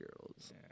Girls